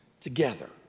together